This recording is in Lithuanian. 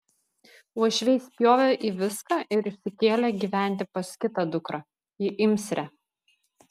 uošviai spjovė į viską ir išsikėlė gyventi pas kitą dukrą į imsrę